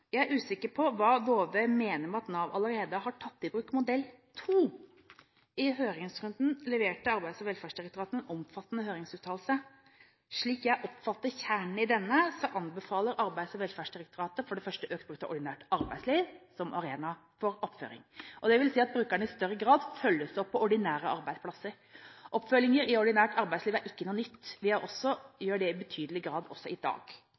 Jeg er usikker på hva Dåvøy mener med at Nav allerede «har tatt i bruk» modell 2. I høringsrunden leverte Arbeids- og velferdsdirektoratet en omfattende høringsuttalelse. Slik jeg oppfatter kjernen i denne, anbefaler Arbeids- og velferdsdirektoratet for det første økt bruk av ordinært arbeidsliv som arena for attføringen. Det vil si at brukerne i større grad følges opp på ordinære arbeidsplasser. Oppfølging i ordinært arbeidsliv er ikke noe nytt. Vi gjør det også i betydelig grad i dag.